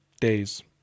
days